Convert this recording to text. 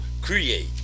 create